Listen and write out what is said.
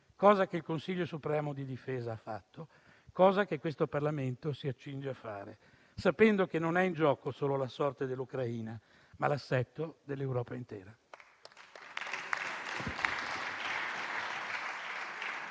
cosa che il Consiglio supremo di difesa ha fatto e che questo Parlamento si accinge a fare, sapendo che non è in gioco solo la sorte dell'Ucraina, ma l'assetto dell'Europa intera.